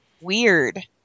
weird